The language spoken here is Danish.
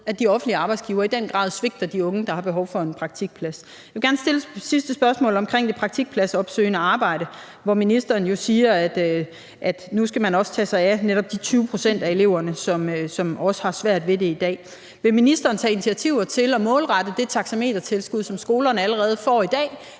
at de offentlige arbejdsgivere i den grad svigter de unge, der har behov for en praktikplads. Jeg vil gerne stille et sidste spørgsmål om det praktikpladsopsøgende arbejde, hvor ministeren jo siger, at nu skal man også tage sig af de netop 20 pct. af eleverne, som også har svært ved det i dag: Vil ministeren tage initiativer til at målrette det taxametertilskud, som skolerne allerede får i dag,